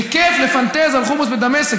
זה כיף לפנטז על חומוס בדמשק,